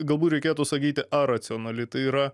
galbūt reikėtų sakyti aracionali tai yra